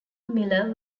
miller